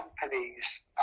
companies